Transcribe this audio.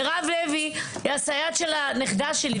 מירב לוי היא הסייעת של הנכדה שלי,